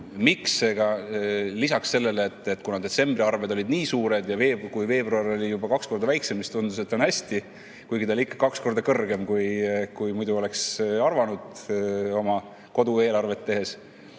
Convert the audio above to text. Aga lisaks sellele, et kuna detsembri arved olid nii suured ja veebruaris juba kaks korda väiksemad ja tundus, et on hästi, kuigi nad ikka olid kaks korda kõrgemad, kui oleks arvanud oma kodu eelarvet tehes